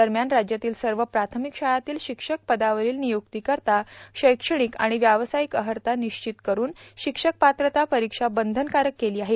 दरम्यान राज्यातील सव प्रार्थामक शाळांतील शिक्षक पदावरोल र्मियुक्तीकरोता शैक्ष्मणक आण व्यावर्सायक अहता निश्चित करुन शिक्षक पात्रता परोक्षा बंधनकारक केलां आहे